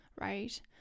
right